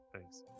Thanks